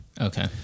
Okay